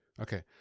Okay